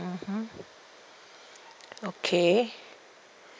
mmhmm okay